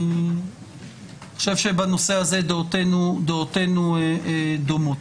אני חושב שבנושא הזה דעותינו דומות.